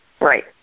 Right